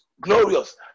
glorious